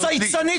צייצנית